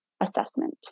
assessment